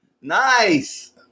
Nice